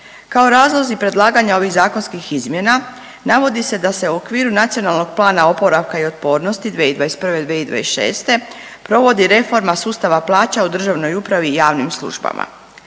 Kao razlozi predlaganja ovih zakonskim izmjena navodi se da se u okviru NPOO-a 2021.-2026. provodi reforma sustava plaća u državnoj upravi i u javnim službama.